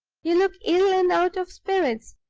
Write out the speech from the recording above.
you look ill and out of spirits.